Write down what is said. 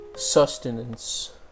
Sustenance